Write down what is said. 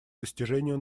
достижению